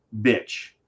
bitch